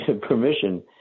permission